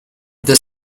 the